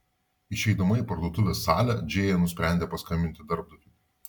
išeidama į parduotuvės salę džėja nusprendė paskambinti darbdaviui